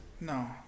No